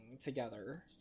together